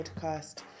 podcast